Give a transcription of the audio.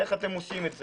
איך אתם עושים את זה?